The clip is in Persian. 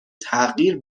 تغییر